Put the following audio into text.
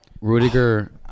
Rudiger